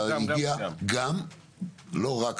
גם במובן מסוים.